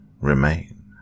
remain